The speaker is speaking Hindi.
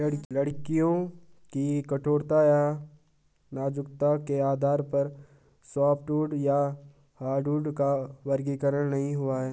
लकड़ियों की कठोरता या नाजुकता के आधार पर सॉफ्टवुड या हार्डवुड का वर्गीकरण नहीं हुआ है